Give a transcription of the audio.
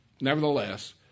nevertheless